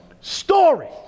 story